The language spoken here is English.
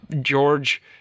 George